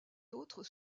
autres